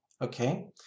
Okay